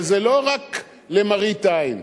אבל זה לא רק למראית עין,